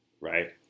right